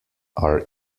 are